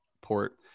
port